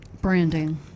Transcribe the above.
branding